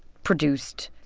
produced,